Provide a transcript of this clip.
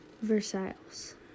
Versailles